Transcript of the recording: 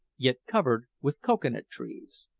yet covered with cocoa-nut trees.